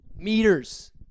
Meters